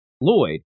Lloyd